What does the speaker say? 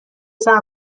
صبر